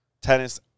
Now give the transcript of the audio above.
Tennis